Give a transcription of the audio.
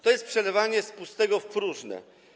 To jest przelewanie z pustego w próżne.